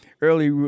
early